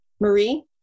Marie